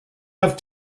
have